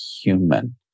human